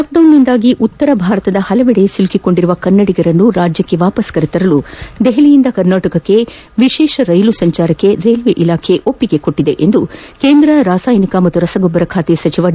ಲಾಕ್ಡೌನ್ನಿಂದಾಗಿ ಉತ್ತರ ಭಾರತದ ಪಲವೆಡೆ ಸಿಲುಕಿಕೊಂಡಿರುವ ಕನ್ನಡಿಗರನ್ನು ರಾಜ್ಜಕ್ಕೆ ಕರೆತರಲು ದೆಹಲಿಯಿಂದ ಕರ್ನಾಟಕಕ್ಕೆ ವಿಶೇಷ ರೈಲು ಸಂಚಾರಕ್ಷೆ ರೈಲ್ವೆ ಇಲಾಖೆ ಸಮ್ನತಿ ನೀಡಿದೆ ಎಂದು ಕೇಂದ್ರ ರಾಸಾಯನಿಕ ಮತ್ತು ರಸಗೊಬ್ಬರ ಖಾತೆ ಸಚಿವ ಡಿ